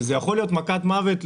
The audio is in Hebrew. וזה יכול להיות בשבילנו מכת מוות.